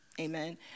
Amen